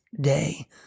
day